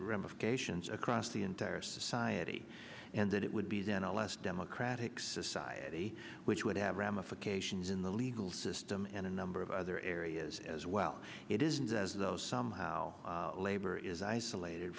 ramifications across the entire society and that it would be then a less democratic society which would have ramifications in the legal system and a number of other areas as well it is as though somehow labor is isolated